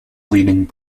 leading